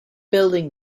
building